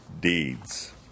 deeds